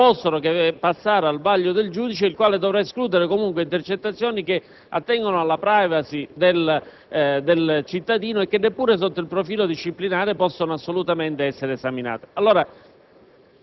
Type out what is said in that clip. non possono che passare al vaglio del giudice, il quale dovrà escludere comunque intercettazioni che attengono alla *privacy* del cittadino e che neppure sotto il profilo disciplinare possono assolutamente essere esaminate.